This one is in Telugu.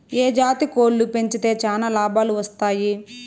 ఏ జాతి కోళ్లు పెంచితే చానా లాభాలు వస్తాయి?